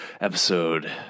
episode